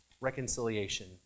reconciliation